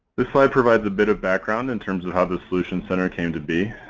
this slide provides a bit of background in terms of how the solutions center came to be.